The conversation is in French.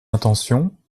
intention